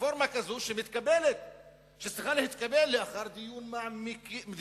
רפורמה כזאת צריכה להתקבל לאחר דיון מעמיק,